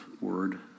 word